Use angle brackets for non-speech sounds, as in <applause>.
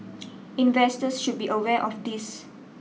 <noise> investors should be aware of this